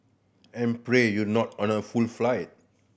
and pray you're not on a full flight